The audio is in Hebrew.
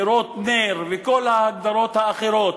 דירות נ"ר וכל ההגדרות האחרות,